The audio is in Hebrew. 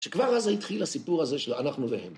שכבר אז התחיל הסיפור הזה של אנחנו והם.